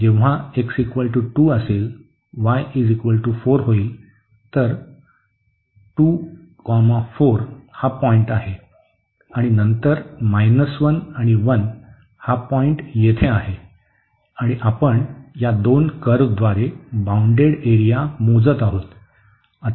येथे जेव्हा x2 असेल y4 होईल तर 24 हा पॉईंट आहे आणि नंतर 1 आणि 1 हा पॉईंट येथे आहे आणि आपण या दोन कर्व्हद्वारे बाउंडेड एरिया मोजत आहोत